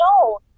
no